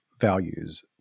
values